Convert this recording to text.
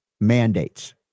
mandates